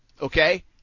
okay